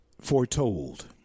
foretold